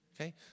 okay